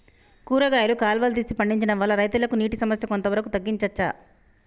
కూరగాయలు కాలువలు తీసి పండించడం వల్ల రైతులకు నీటి సమస్య కొంత వరకు తగ్గించచ్చా?